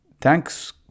thanks